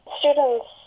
students